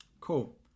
Cool